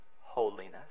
holiness